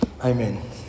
Amen